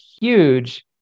huge